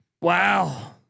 Wow